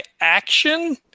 action